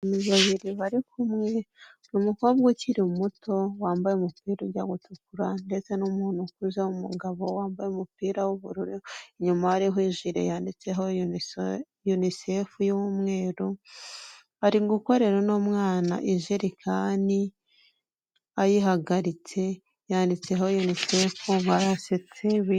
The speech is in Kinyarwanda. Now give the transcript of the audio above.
Abantu babiri bari kumwe numukobwa ukiri muto wambaye umupira ujya gutukura ndetse n'umuntu ukuze umugabo wambaye umupira w'ubururu inyuma hariho jile yanditseho unicefu y'umweru bari gukorera umwana ijerekani ayihagaritse yanditseho yunusafe arasetse bi.